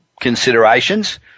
considerations